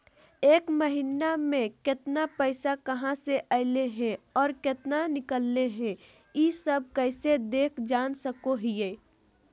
एक महीना में केतना पैसा कहा से अयले है और केतना निकले हैं, ई सब कैसे देख जान सको हियय?